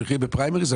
תלכי לפריימריז,